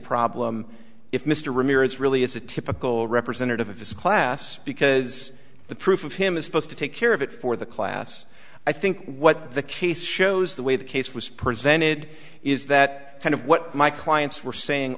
problem if mr ramirez really is a typical representative of his class because the proof of him is supposed to take care of it for the class i think what the case shows the way the case was presented is that kind of what my clients were saying